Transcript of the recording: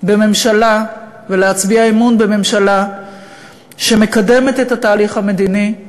בממשלה ולהצביע אמון בממשלה שמקדמת את התהליך המדיני,